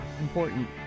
important